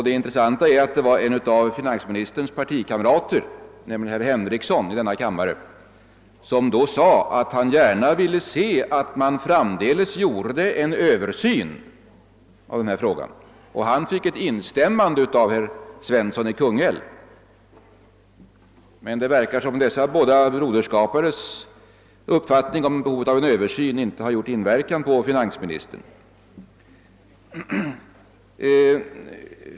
Det intressanta i den debatten var att en av finansministerns partikamrater i denna kammare, herr Henrikson, då sade att han gärna ville se att man framdeles gjorde en översyn av denna fråga, och där fick han instämmande av herr Svensson i Kungälv. Det verkar emellertid som om dessa båda Broderskapares uppfattning om behovet av en översyn inte har haft någon inverkan på finansministern.